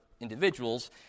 individuals